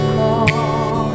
call